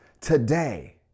today